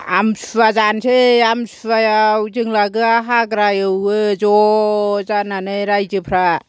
आमथिसुवा जानोसै आमथिसुवायाव जों लागोआ हाग्रा एवो ज' जानानै रायजोफ्रा